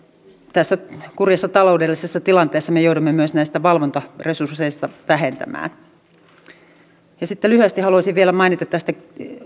tässä kurjassa taloudellisessa tilanteessa me joudumme myös näistä valvontaresursseista vähentämään sitten lyhyesti haluaisin vielä mainita tästä